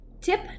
tip